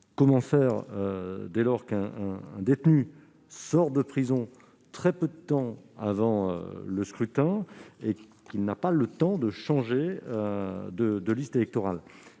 Comment faire, par exemple, lorsqu'un détenu sort de prison très peu de temps avant le scrutin et qu'il n'a pas le temps de changer de liste électorale ?